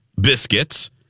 biscuits